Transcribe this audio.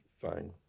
fine